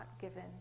given